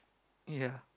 ya